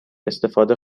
استفاده